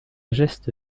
geste